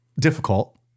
difficult